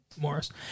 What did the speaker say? Morris